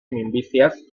minbiziaz